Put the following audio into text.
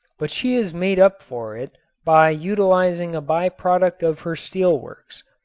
but she has made up for it by utilizing a by-product of her steelworks.